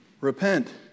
repent